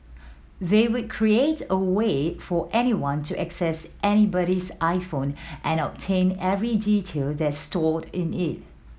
they would create a way for anyone to access anybody's iPhone and obtain every detail that's stored in it